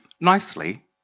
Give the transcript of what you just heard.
nicely